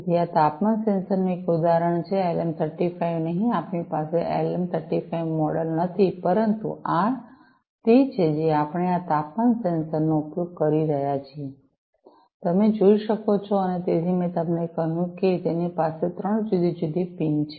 તેથી આ તાપમાન સેન્સરનું એક ઉદાહરણ છે એલએમ 35 નહીં આપની પાસે એલએમ 35 મોડેલ નથી પરંતુ આ તે છે જે આપણે આ તાપમાન સેન્સરનો ઉપયોગ કરી રહ્યાં છીએ તમે જોઈ શકો છો અને તેથી મેં તમને કહ્યું હતું કે તેની પાસે ત્રણ જુદી જુદી પિન છે